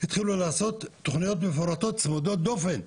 התחילו לעשות תוכניות מפורטות צמודות דופן.